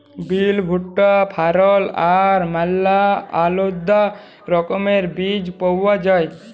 বিল, ভুট্টা, ফারল আর ম্যালা আলেদা রকমের বীজ পাউয়া যায়